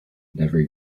never